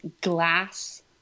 glass